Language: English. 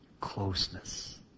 Closeness